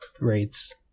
rates